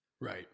right